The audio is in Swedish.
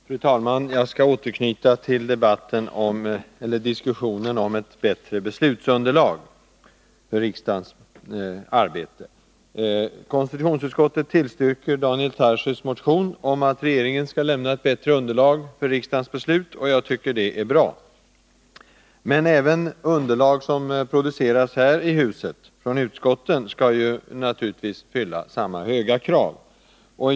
Fru talman! Jag skall återknyta till diskussionen om ett bättre beslutsunderlag för riksdagen. Konstitutionsutskottet tillstyrker Daniel Tarschys motion om att regeringen skall lämna bättre underlag för riksdagens beslut. Det är bra. Men det underlag som produceras här i huset av utskotten skall naturligtvis fylla samma höga krav.